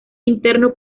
interno